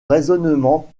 raisonnement